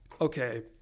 okay